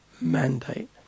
mandate